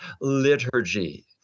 liturgy